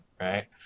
Right